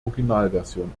originalversion